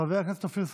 חבר הכנסת אופיר סופר,